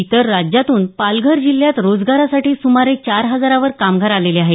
इतर राज्यातून पालघर जिल्ह्यात रोजगारासाठी सुमारे चार हजारावर कामगार आलेले आहेत